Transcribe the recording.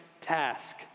task